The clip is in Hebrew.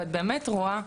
ואת באמת רואה חבר'ה,